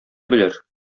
белер